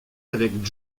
avec